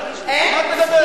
על מה את מדברת?